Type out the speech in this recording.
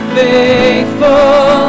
faithful